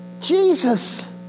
Jesus